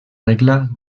regla